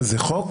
זה חוק?